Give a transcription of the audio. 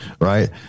right